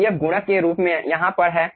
vf गुणक के रूप में यहाँ पर है